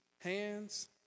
hands